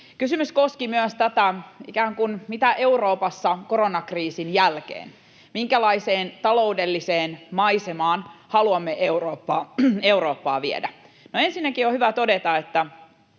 Kysymys koski myös ikään kuin sitä, mitä Euroopassa on koronakriisin jälkeen, minkälaiseen taloudelliseen maisemaan haluamme Eurooppaa viedä. No, ensinnäkin on hyvä todeta,